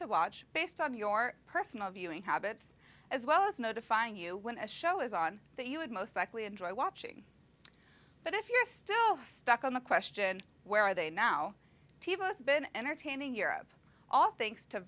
to watch based on your personal viewing habits as well as notifying you when a show is on that you would most likely enjoy watching but if you're still stuck on the question where are they now tivo has been entertaining europe all thanks to